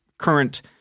current